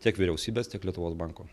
tiek vyriausybės tiek lietuvos banko